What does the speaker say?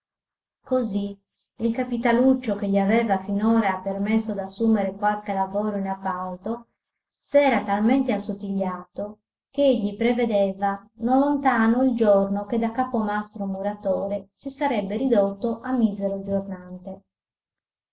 così il capitaluccio che gli aveva finora permesso d'assumer qualche lavoro in appalto s'era talmente assottigliato ch'egli prevedeva non lontano il giorno che da capomastro muratore si sarebbe ridotto a misero giornante